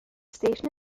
station